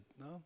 no